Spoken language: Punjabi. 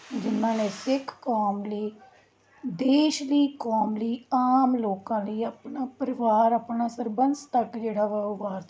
ਜਿਹਨਾਂ ਨੇ ਸਿੱਖ ਕੌਮ ਲਈ ਦੇਸ਼ ਦੀ ਕੌਮ ਲਈ ਆਮ ਲੋਕਾਂ ਲਈ ਆਪਣਾ ਪਰਿਵਾਰ ਆਪਣਾ ਸਰਬੰਸ ਤੱਕ ਜਿਹੜਾ ਵਾ ਉਹ ਵਾਰ ਦਿੱਤਾ